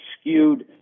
skewed